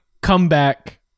comeback